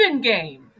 game